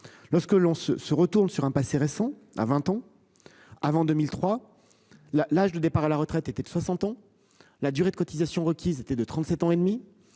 Lorsque l'on se retourne sur un passé récent. À 20 ans. Avant 2003. La l'âge de départ à la retraite était de 60 ans la durée de cotisation requise était de 37 ans et demi